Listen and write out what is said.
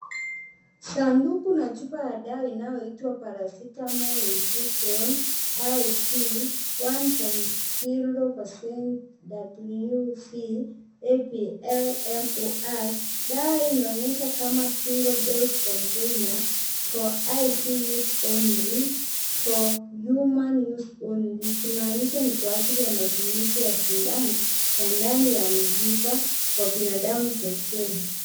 Sanduku na chupa ya dawa inayoitwa paracetamol Infusion IP 1.0% w/v APL- MOL . Dawa hii inaonyesha kama single dose container for IV use only. For huna use only ikimaanisha ni kwa ajili ya matumizi ya sindano ya ndani ya mishipa kwa binadamu pekee.